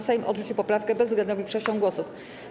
Sejm odrzucił poprawkę bezwzględną większością głosów.